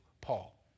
Paul